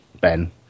Ben